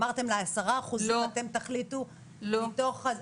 אמרתם, ל-10% אתם תחליטו מתוך --- לא.